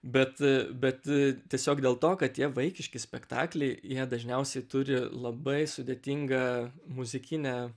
bet bet tiesiog dėl to kad tie vaikiški spektakliai jie dažniausiai turi labai sudėtingą muzikinę